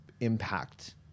impact